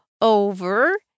over